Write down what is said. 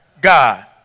God